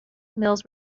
mills